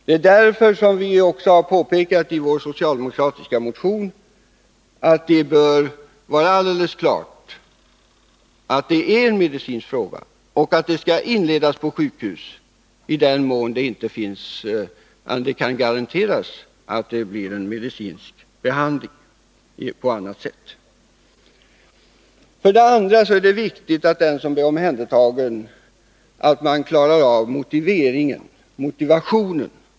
Det är därför som vi socialdemokrater i vår motion har påpekat att det bör vara alldeles klart att det är en medicinsk fråga och att behandlingen skall inledas på sjukhus i den mån det inte kan garanteras en medicinsk behandling på annat sätt. För det andra är det viktigt att den som blir omhändertagen har en klar motivation.